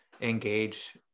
engage